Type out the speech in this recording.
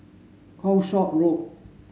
Calshot Road